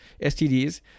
STDs